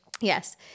Yes